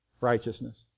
righteousness